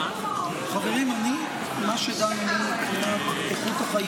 --- אז אדוני השר, נא לגשת ולהשמיע את